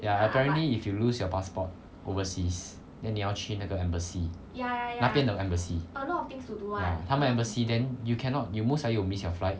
ya apparently if you lose your passport overseas then 你要去那个 embassy 那边的 embassy ya 他们的 embassy then you cannot you most likely will miss your flight